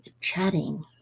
chatting